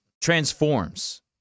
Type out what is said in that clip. transforms